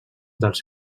dels